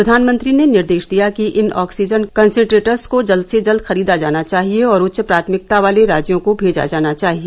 प्रधानमंत्री ने निर्देश दिया कि इन ऑक्सीजन कंसेंटेटर्स को जल्द से जल्द खरीदा जाना चाहिए और उच्च प्राथमिकता वाले राज्यों को भेजा जाना चाहिए